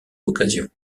occasions